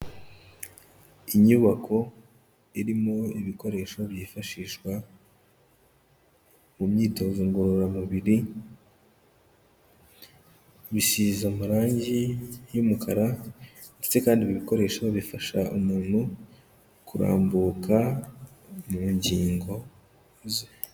Inyubako irimo ibikoresho byifashishwa mu myitozo ngororamubiri, bisize amarangi y'umukara ndetse kandi ibi bikoresho bifasha umuntu kurambuka mu ngingo ze.